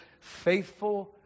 Faithful